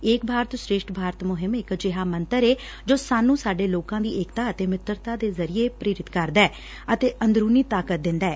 ਏਕ ਭਾਰਤ ਸ੍ਰੇਸ਼ਟ ਭਾਰਤ ਮੁਹਿੰਮ ਇਕ ਅਜਿਹਾ ਮੰਤਰ ਏ ਜੋ ਸਾਨੂੰ ਸਾਡੇ ਲੋਕਾਂ ਦੀ ਏਕਤਾ ਅਤੇ ਮਿੱਤਰਤਾ ਦੇ ਜ਼ਰੀਏ ਪ੍ਰੇਰਿਤ ਕਰਦੈ ਅਤੇ ਅੰਦਰੂਨੀ ਤਾਕਤ ਦਿੰਦੈ